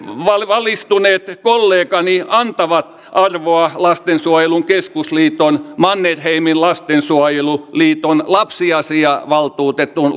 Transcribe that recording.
valistuneet kollegani antavat arvoa lastensuojelun keskusliiton mannerheimin lastensuojeluliiton ja lapsiasiavaltuutetun